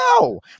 no